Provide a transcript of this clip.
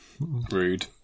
Rude